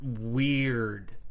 weird